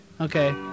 Okay